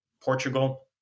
Portugal